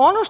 Ono